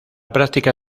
práctica